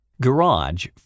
garage